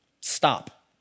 stop